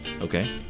Okay